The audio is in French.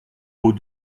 aux